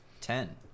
Ten